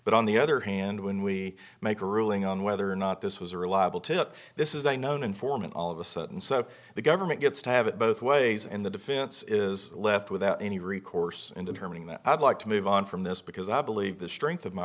but on the other hand when we make a ruling on whether or not this was a reliable tip this is a known informant all of a sudden so the government gets to have it both ways and the defense is left without any recourse in determining that i'd like to move on from this because i believe the strength of my